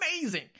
amazing